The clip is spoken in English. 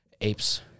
apes